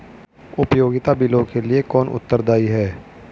उपयोगिता बिलों के लिए कौन उत्तरदायी है?